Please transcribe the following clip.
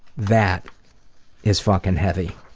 that is fucking heavy.